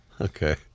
Okay